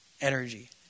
energy